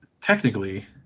technically